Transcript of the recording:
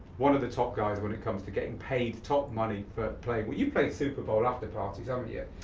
one of the top guys when it comes to getting paid top money for playing, well, you've played super bowl after-parties, haven't you?